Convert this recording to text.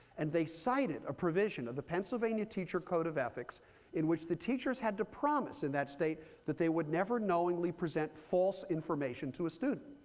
and they cited a provision of the pennsylvania teacher code of ethics in which the teachers had to promise in that state that they would never knowingly present false information to a student.